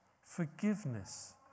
Forgiveness